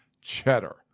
cheddar